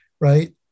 right